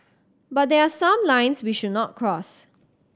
but there are some lines we should not cross